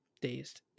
dazed